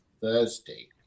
Thursday